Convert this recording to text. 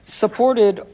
supported